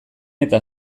eta